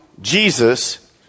Jesus